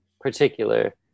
particular